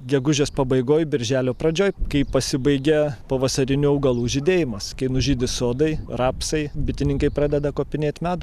gegužės pabaigoj birželio pradžioj kai pasibaigia pavasarinių augalų žydėjimas kai nužydi sodai rapsai bitininkai pradeda kopinėt medų